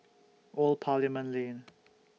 Old Parliament Lane